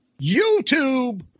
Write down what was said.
YouTube